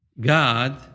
God